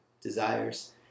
desires